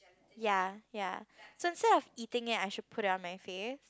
ya ya so since I've eating it I should put it on my face